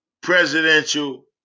presidential